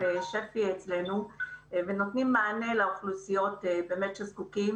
שפ"י אצלנו ונותנים מענה לאוכלוסיות שזקוקות.